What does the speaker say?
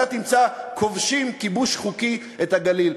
אתה תמצא "כובשים" כיבוש חוקי את הגליל.